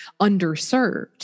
underserved